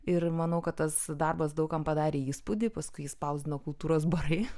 ir manau kad tas darbas daug kam padarė įspūdį paskui jį spausdino kultūros barai